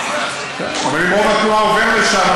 אבל אם רוב התנועה עוברת לשם,